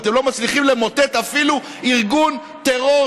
ואתם לא מצליחים למוטט אפילו ארגון טרור